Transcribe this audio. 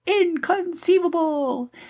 inconceivable